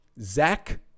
Zach